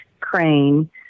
crane